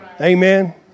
Amen